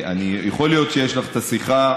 יכול להיות שיש לך את השיחה,